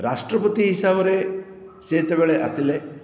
ରାଷ୍ଟ୍ରପତି ହିସାବରେ ସିଏ ଯେତବେଳେ ଆସିଲେ